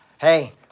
hey